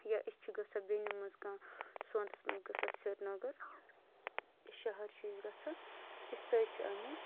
یا أسۍ چھِ گژھان بٮ۪نیو منٛز کانٛہہ سونتَس منٛز گژھان سریٖنگر شہر چھِ أسۍ گژھان أسی تہِ حظ چھِ اَنان